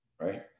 right